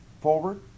forward